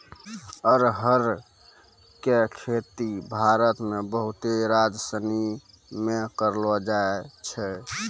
अरहर के खेती भारत मे बहुते राज्यसनी मे करलो जाय छै